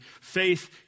faith